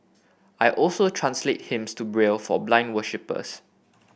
I also translate hymns to Braille for blind worshippers